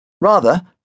Rather